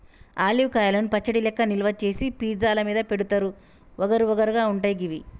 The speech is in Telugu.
ఆలివ్ కాయలను పచ్చడి లెక్క నిల్వ చేసి పిజ్జా ల మీద పెడుతారు వగరు వగరు గా ఉంటయి గివి